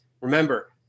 Remember